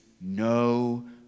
no